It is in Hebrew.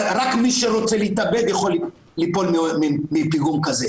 רק מי שרוצה להתאבד יכול ליפול מפיגום כזה.